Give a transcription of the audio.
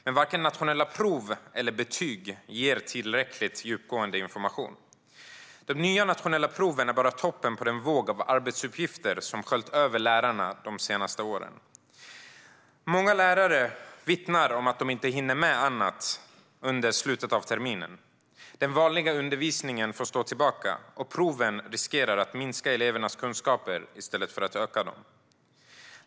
Men varken nationella prov eller betyg ger tillräckligt djupgående information. De nya nationella proven är bara toppen på den våg av arbetsuppgifter som sköljt över lärarna de senaste åren. Många lärare vittnar om att de inte hinner med annat under slutet av terminen. Den vanliga undervisningen får stå tillbaka, och proven riskerar att minska elevernas kunskaper i stället för att öka dem.